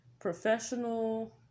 professional